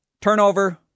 turnover